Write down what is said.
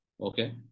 Okay